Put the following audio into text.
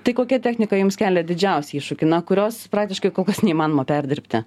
tai kokia technika jums kelia didžiausią iššūkį na kurios praktiškai kol kas neįmanoma perdirbti